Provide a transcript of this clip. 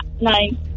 nine